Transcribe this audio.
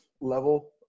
level